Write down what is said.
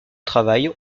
travail